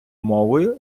мовою